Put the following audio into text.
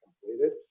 completed